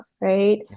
right